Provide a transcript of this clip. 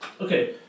okay